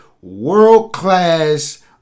world-class